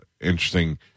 interesting